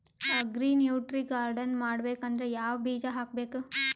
Agri nutri garden ಮಾಡಬೇಕಂದ್ರ ಯಾವ ಬೀಜ ಹಾಕಬೇಕು?